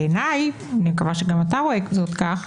בעיניי, אני מקווה שגם אתה רואה זאת כך,